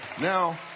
Now